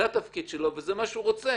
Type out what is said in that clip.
זה התפקיד שלו וזה מה שהוא רוצה.